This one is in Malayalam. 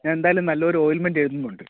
ഞാൻ എന്തായാലും നല്ല ഒരു ഓയിന്മെൻ്റ് എഴുതുന്നുണ്ട്